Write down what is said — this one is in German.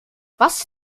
was